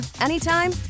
anytime